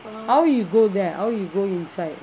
how you go there how you go inside